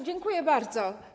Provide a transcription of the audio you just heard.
Dziękuję bardzo.